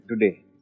today